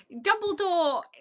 Dumbledore